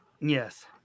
Yes